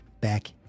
back